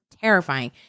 terrifying